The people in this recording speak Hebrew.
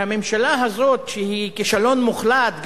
והממשלה הזאת שהיא כישלון מוחלט,